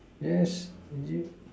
yes is it